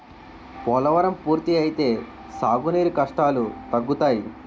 పోలవరం పూర్తి అయితే సాగు నీరు కష్టాలు తగ్గుతాయి